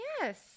Yes